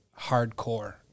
hardcore